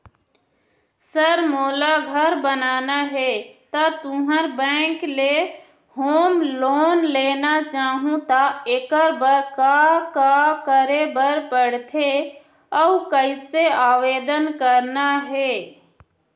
Sir मोला घर बनाना हे ता तुंहर बैंक ले होम लोन लेना चाहूँ ता एकर बर का का करे बर पड़थे अउ कइसे आवेदन करना हे?